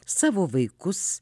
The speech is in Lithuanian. savo vaikus